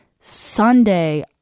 Sunday